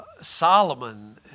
Solomon